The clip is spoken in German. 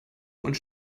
und